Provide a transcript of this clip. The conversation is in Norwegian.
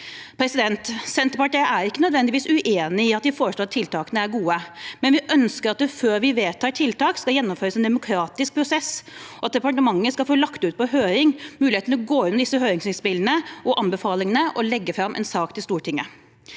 Senterpartiet er ikke nødvendigvis uenig i at de foreslåtte tiltakene er gode, men vi ønsker at det før vi vedtar tiltak, skal gjennomføres en demokratisk prosess, og at departementet skal få muligheten til å gå gjennom høringsinnspillene og anbefalingene og legge fram en sak for Stortinget.